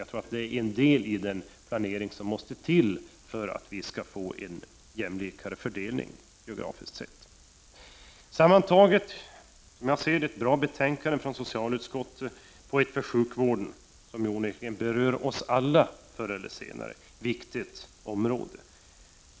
Det är en del i den planering som måste till för att fördelningen skall bli mera jämlik geografiskt sett. Sammantaget är detta ett bra betänkande från socialutskottet på ett för sjukvården — som berör oss alla, förr eller senare — viktigt område.